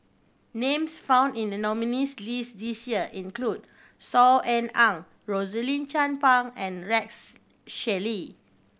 names found in the nominees' list this year include Saw Ean Ang Rosaline Chan Pang and Rex Shelley